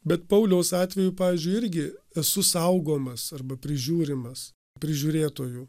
bet pauliaus atveju pavyzdžiui irgi esu saugomas arba prižiūrimas prižiūrėtojų